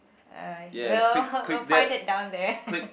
uh we'll we'll point it down there